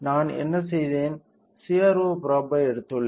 நான் என்ன செய்தேன் CRO பிராப் ஐ எடுத்துள்ளேன்